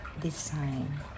design